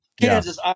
Kansas